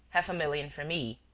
half a million for me.